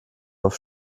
auf